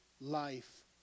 life